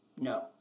No